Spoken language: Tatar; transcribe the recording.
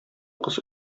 кыз